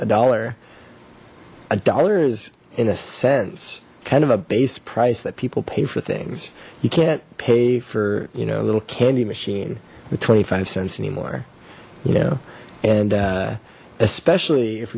a dollar a dollar is in a sense kind of a base price that people pay for things you can't pay for you know a little candy machine with twenty five cents anymore you know and especially if